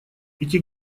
эти